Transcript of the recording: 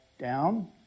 down